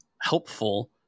helpful